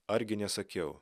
argi nesakiau